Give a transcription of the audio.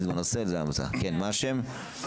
כן מה השם?